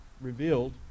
revealed